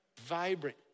vibrant